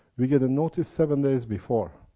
we get a notice seven days before.